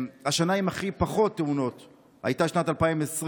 השנה עם הכי פחות תאונות הייתה שנת 2020,